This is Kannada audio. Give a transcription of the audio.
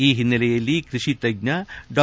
ಈ ಹಿನ್ನೆಲೆಯಲ್ಲಿ ಕೃಷಿ ತಜ್ಜ ಡಾ